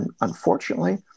unfortunately